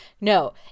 No